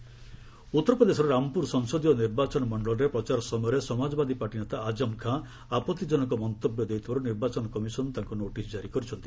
EC Azam ଉତ୍ତର ପ୍ରଦେଶର ରାମପ୍ରର ସଂସଦୀୟ ନିର୍ବାଚନ ମଣ୍ଡଳୀରେ ପ୍ରଚାର ସମୟରେ ସମାଜବାଦୀ ପାର୍ଟି ନେତା ଆଜମ୍ ଖାଁ ଆପଭିକନକ ମନ୍ତବ୍ୟ ଦେଇଥିବାରୁ ନିର୍ବାଚନ କମିଶନ୍ ତାଙ୍କୁ ନୋଟିସ୍ ଜାରି କରିଛନ୍ତି